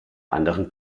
anderen